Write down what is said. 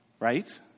right